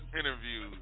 interview